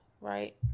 right